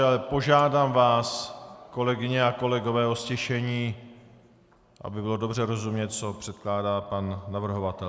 Ale požádám vás, kolegyně a kolegové, o ztišení, aby bylo dobře rozumět, co předkládá pan navrhovatel.